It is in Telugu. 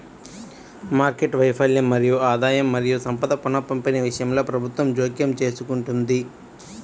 మార్కెట్ వైఫల్యం మరియు ఆదాయం మరియు సంపద పునఃపంపిణీ విషయంలో ప్రభుత్వం జోక్యం చేసుకుంటుంది